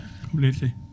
Completely